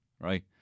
right